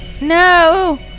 No